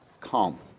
calm